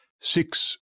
six